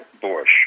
bush